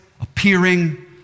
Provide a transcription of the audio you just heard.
appearing